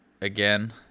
again